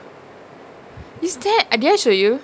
is that did I show you